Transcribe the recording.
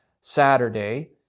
Saturday